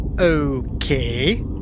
Okay